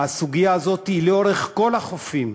שהסוגיה הזאת היא לגבי כל החופים.